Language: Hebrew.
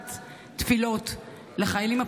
שולחת תפילות לחיילים הפצועים,